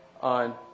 on